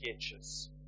sketches